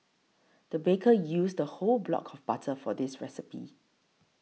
the baker used a whole block of butter for this recipe